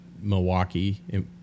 Milwaukee